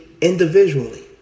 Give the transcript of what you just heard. individually